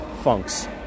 funks